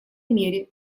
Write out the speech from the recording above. мере